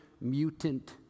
Mutant